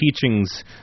teachings